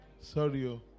Sorry